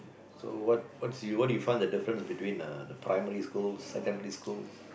so what what do you what do you find the difference between uh the primary schools secondary schools